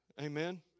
Amen